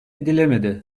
edilemedi